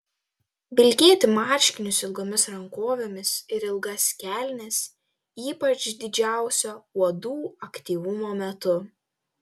vilkėti marškinius ilgomis rankovėmis ir ilgas kelnes ypač didžiausio uodų aktyvumo metu